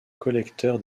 collecteur